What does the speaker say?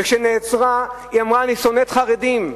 וכשנעצרה היא אמרה: אני שונאת חרדים.